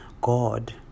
God